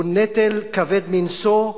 הוא נטל כבד מנשוא,